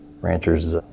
ranchers